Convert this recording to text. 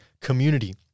community